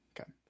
Okay